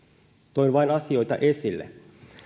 toin vain asioita esille